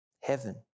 heaven